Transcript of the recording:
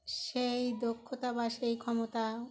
সেই দক্ষতা বা সেই ক্ষমতা